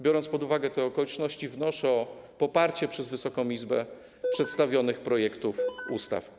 Biorąc pod uwagę te okoliczności, wnoszę o poparcie przez Wysoką Izbę przedstawionych projektów ustaw.